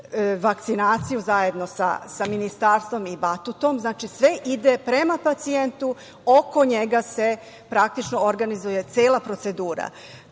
vakcinaciju zajedno sa Ministarstvom i Batutom. Znači, sve ide prema pacijentu, oko njega se praktično organizuje cela procedura. Tako